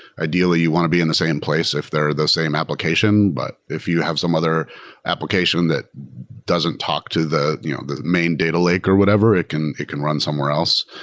ideally, you want to be in the same place if they're the same application. but if you have some other application that doesn't talk to the you know the main data lake or whatever, it can it can run somewhere else.